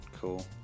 Cool